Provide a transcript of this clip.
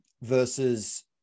versus